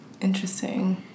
Interesting